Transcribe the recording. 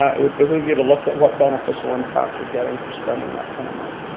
ah it would behoove you to look at what beneficial impact you're getting for spending that kind of money.